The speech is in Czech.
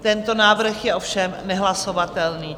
Tento návrh je ovšem nehlasovatelný.